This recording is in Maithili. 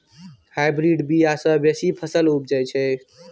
हाईब्रिड बीया सँ बेसी फसल उपजै छै